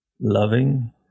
loving